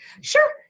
Sure